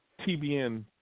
TBN